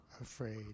afraid